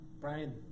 Brian